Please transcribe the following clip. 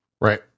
right